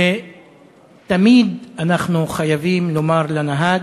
ותמיד אנחנו חייבים לומר לנהג,